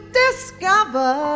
discover